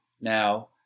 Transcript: now